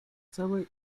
cały